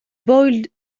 boiled